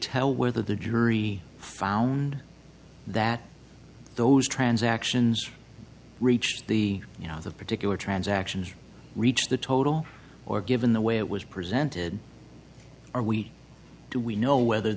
tell whether the jury found that those transactions reached the you know the particular transactions reached the total or given the way it was presented are we do we know whether